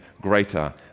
greater